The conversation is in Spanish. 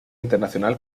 internacional